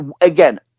again